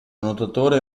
nuotatore